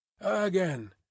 Again